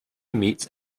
meets